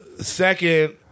Second